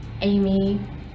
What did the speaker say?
Amy